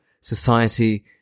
society